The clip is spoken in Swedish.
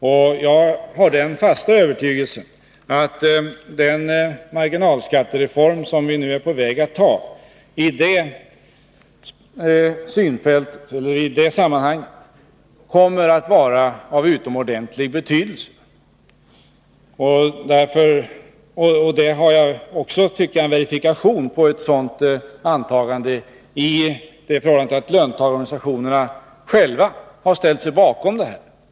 I det sammanhanget — och det är min fasta övertygelse — är den marginalskattereform som vi nu är på väg att anta av utomordentligt stor betydelse. Jag anser mig också ha en verifikation på ett sådant antagande i det förhållandet attlöntagarorganisationerna har ställt sig bakom reformen.